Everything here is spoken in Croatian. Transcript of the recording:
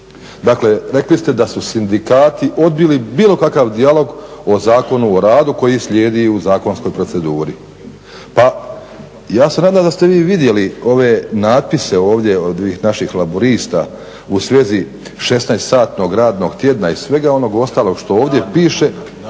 Dakle, rekli ste da su sindikati odbili bilo kakav dijalog o Zakonu o radu koji slijedi u zakonskoj proceduri. Pa ja se nadam da ste vi vidjeli ove natpise ovdje od ovih naših Laburista u svezi 16 satnog radnog tjedna i svega onog ostalog što ovdje piše,